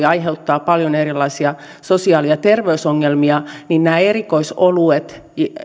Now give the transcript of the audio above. aiheuttaa paljon erilaisia sosiaali ja terveysongelmia niin nämä erikoisoluet